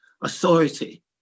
authority